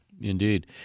indeed